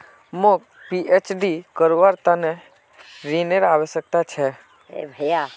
मौक पीएचडी करवार त न ऋनेर आवश्यकता छ